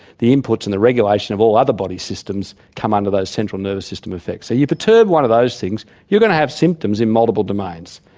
the inputs and the regulation of all other body systems come under those central nervous system effects. so you perturb one of those things you're going to have symptoms in multiple domains.